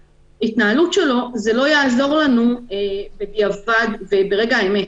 בהתנהלות שלו, זה לא יעזור לנו בדיעבד וברגע האמת,